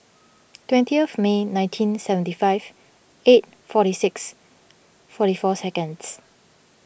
twentieth May nineteen seventy five eight forty six forty four seconds